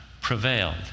prevailed